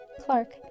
Clark